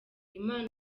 imana